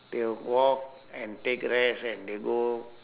they will walk and take rest and they go